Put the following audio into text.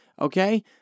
Okay